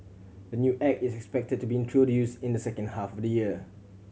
the new Act is expected to be introduced in the second half of the year